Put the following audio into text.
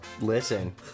listen